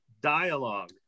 dialogue